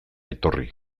etorri